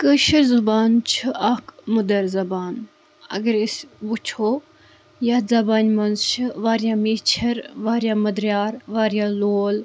کٲشِر زُبان چھِ اَکھ مٔدٕر زُبان اَگر أسۍ وُچھو یَتھ زَبانہِ منٛز چھِ واریاہ میچَھر واریاہ مٔدرِیار واریاہ لوٗل